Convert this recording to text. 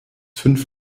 fünf